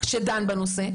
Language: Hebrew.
שדן בנושא.